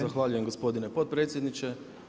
Zahvaljujem gospodine potpredsjedniče.